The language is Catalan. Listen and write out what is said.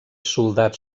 soldats